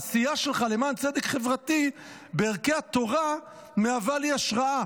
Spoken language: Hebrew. העשייה שלך למען צדק חברתי בערכי התורה מהווה לי השראה.